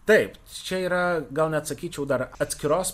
taip čia yra gal net sakyčiau dar atskiros